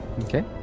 Okay